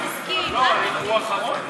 לא יודע מה יש לו.